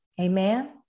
amen